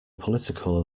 political